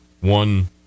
one